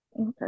Okay